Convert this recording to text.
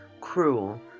cruel